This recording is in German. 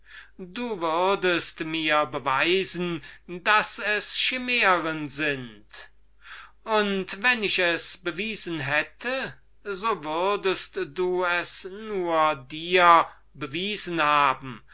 du würdest beweisen daß es schimären sind und wenn ich es bewiesen hätte du würdest es nur dir beweisen hippias